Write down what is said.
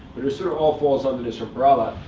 but it sort of all falls under this umbrella,